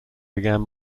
began